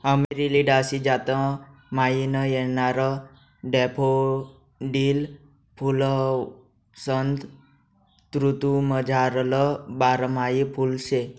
Amaryllidaceae जात म्हाईन येणारं डैफोडील फुल्वसंत ऋतूमझारलं बारमाही फुल शे